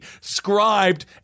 scribed